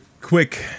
quick